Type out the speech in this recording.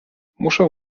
muszę